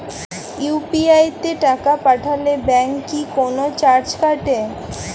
UPI তে টাকা পাঠালে ব্যাংক কি কোনো চার্জ কাটে?